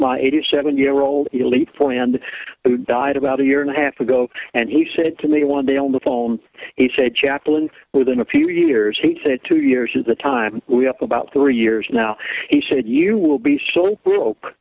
my eighty seven year old elite friend who died about a year and a half ago and he said to me one day on the phone he said chaplain within a few years he said two years is the time we have about three years now he said you will be so broke